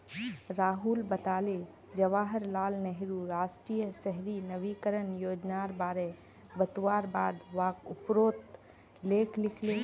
राहुल बताले जवाहर लाल नेहरूर राष्ट्रीय शहरी नवीकरण योजनार बारे बतवार बाद वाक उपरोत लेख लिखले